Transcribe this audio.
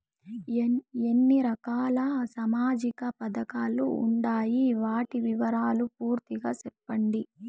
ఎన్ని రకాల సామాజిక పథకాలు ఉండాయి? వాటి వివరాలు పూర్తిగా సెప్పండి?